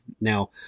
Now